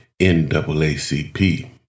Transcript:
NAACP